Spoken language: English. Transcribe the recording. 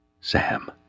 Sam